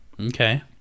Okay